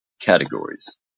Categories